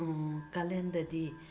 ꯀꯥꯂꯦꯟꯗꯗꯤ